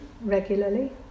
regularly